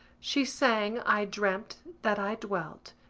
she sang i dreamt that i dwelt,